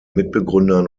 mitbegründern